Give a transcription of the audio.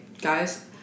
guys